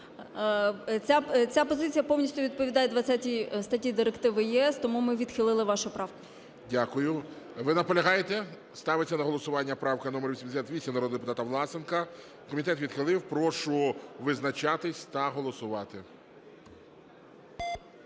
Ця позиція повністю відповідає 20 статті Директиви ЄС, тому ми відхилили вашу правку. ГОЛОВУЮЧИЙ. Дякую. Ви наполягаєте? Ставиться на голосування правка номер 88 народного депутата Власенка. Комітет відхилив. Прошу визначатись та голосувати.